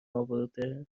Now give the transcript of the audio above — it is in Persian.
اورده